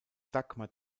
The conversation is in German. dagmar